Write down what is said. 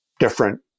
different